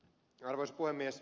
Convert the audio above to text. arvoisa puhemies